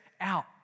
out